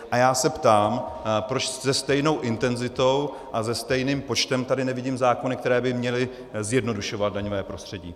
A já se ptám, proč se stejnou intenzitou a se stejným počtem tady nevidím zákony, které by měly zjednodušovat daňové prostředí.